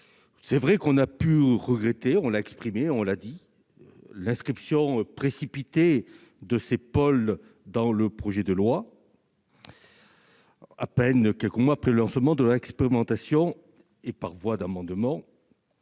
Nous avons certes pu regretter- nous l'avons dit -l'inscription précipitée de ces pôles dans le projet de loi, à peine quelques mois après le lancement de l'expérimentation, et par voie d'amendement.